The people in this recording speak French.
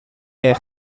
est